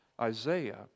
Isaiah